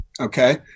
okay